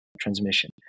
Transmission